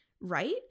right